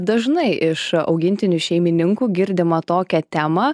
dažnai iš augintinių šeimininkų girdimą tokią temą